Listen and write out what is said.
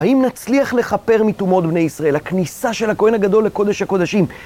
האם נצליח לכפר מטומאות בני ישראל, הכניסה של הכהן הגדול לקודש הקודשים?